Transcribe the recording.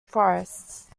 forests